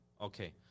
Okay